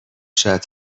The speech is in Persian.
شاید